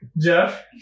Jeff